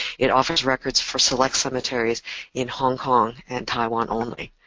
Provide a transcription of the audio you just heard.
it offers records for select cemeteries in hong kong and taiwan only.